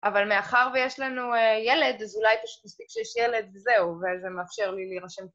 אבל מאחר ויש לנו ילד, אז אולי פשוט מספיק שיש ילד וזהו, וזה מאפשר לי להירשם.